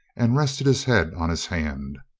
and rested his head on his hand.